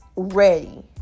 ready